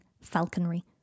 falconry